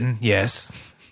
Yes